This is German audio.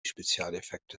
spezialeffekte